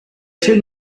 two